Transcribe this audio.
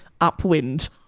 upwind –